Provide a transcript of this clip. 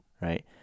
right